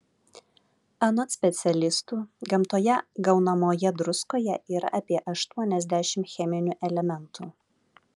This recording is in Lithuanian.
anot specialistų gamtoje gaunamoje druskoje yra apie aštuoniasdešimt cheminių elementų